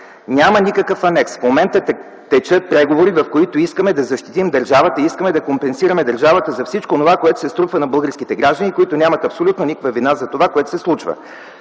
„Няма никакъв анекс. В момента текат преговори, в които искаме да защитим държавата, искаме да компенсираме държавата за всичко онова, което се струпа на българските граждани, които нямат абсолютно никаква вина за това, което се случва.”